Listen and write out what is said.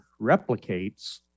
replicates